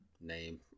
name